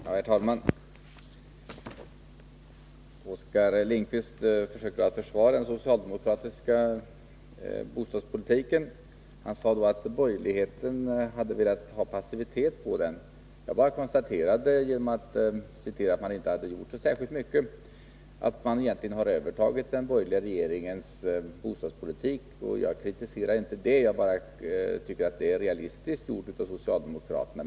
Herr talman! Oskar Lindkvist försökte försvara den socialdemokratiska bostadspolitiken. Han sade att borgerligheten hade varit passiv på bostadspolitikens område. Jag konstaterade bara att genom att socialdemokraterna inte har gjort så särskilt mycket har de egentligen övertagit den borgerliga regeringens bostadspolitik. Jag kritiserade inte detta. Jag tycker att det är realistiskt gjort av socialdemokraterna.